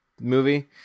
movie